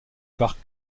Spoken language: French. par